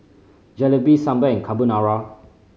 Jalebi Sambar and Carbonara